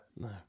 No